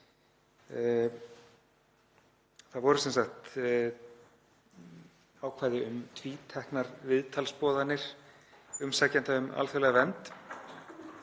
Það voru sem sagt ákvæði um tvíteknar viðtalsboðanir umsækjenda um alþjóðlega vernd.